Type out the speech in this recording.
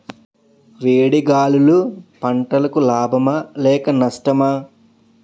వేడి గాలులు పంటలకు లాభమా లేక నష్టమా?